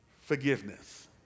forgiveness